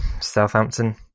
Southampton